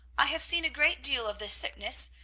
i have seen a great deal of this sickness,